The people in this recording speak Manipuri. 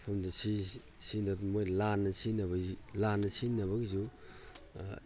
ꯃꯐꯝꯗ ꯁꯤꯖꯤꯟꯅꯕ ꯃꯣꯏ ꯂꯥꯟꯅ ꯂꯥꯟꯅ ꯁꯤꯖꯤꯟꯅꯕꯒꯤꯁꯨ